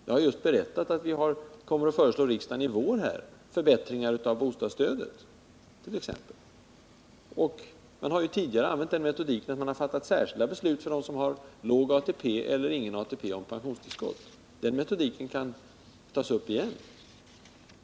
Jag har just berättat att vi i vår kommer att föreslå riksdagen förbättringar av bostadsstödet t.ex. Man har tidigare använt den metodiken att man har fattat särskilda beslut för dem som har låg ATP eller ingen ATP och pensionstillskott. Den metodiken kan tas upp igen.